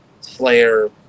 Slayer